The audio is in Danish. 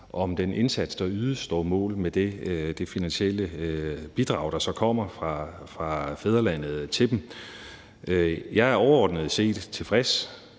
om den indsats, der ydes, står mål med det finansielle bidrag, der så kommer fra fædrelandet til dem. Jeg er overordnet set tilfreds